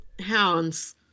hounds